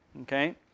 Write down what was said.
okay